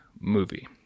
movie